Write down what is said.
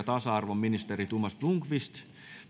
tasa arvon ministeri thomas blomqvist